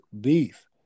beef